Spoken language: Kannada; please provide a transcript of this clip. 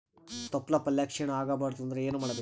ತೊಪ್ಲಪಲ್ಯ ಕ್ಷೀಣ ಆಗಬಾರದು ಅಂದ್ರ ಏನ ಮಾಡಬೇಕು?